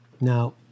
Now